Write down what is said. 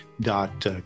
dot